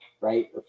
right